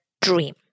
dream